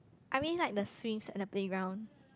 I mean like the swings and the playground